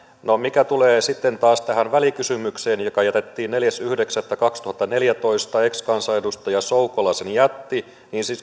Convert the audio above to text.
mitä tulee sitten taas tähän välikysymykseen joka jätettiin neljäs yhdeksättä kaksituhattaneljätoista ja ex kansanedustaja soukola sen jätti